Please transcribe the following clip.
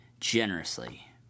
generously